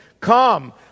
Come